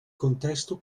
contesto